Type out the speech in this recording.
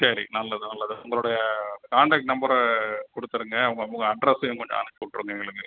சரி நல்லது நல்லது உங்களுடைய காண்டேக்ட் நம்பரை கொடுத்துருங்க உங்கள் மு உங்கள் அட்ரஸையும் கொஞ்சம் அனுப்பிவிட்ருங்க எங்களுக்கு